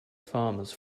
farmers